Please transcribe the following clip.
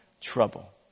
trouble